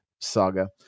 saga